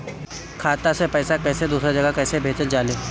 खाता से पैसा कैसे दूसरा जगह कैसे भेजल जा ले?